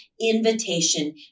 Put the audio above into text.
invitation